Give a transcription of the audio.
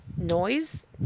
noise